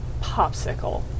popsicle